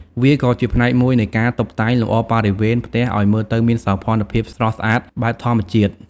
វាក៏ជាផ្នែកមួយនៃការតុបតែងលម្អបរិវេណផ្ទះឱ្យមើលទៅមានសោភ័ណភាពស្រស់ស្អាតបែបធម្មជាតិ។